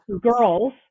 girls